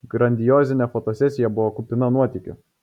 grandiozinė fotosesija buvo kupina nuotykių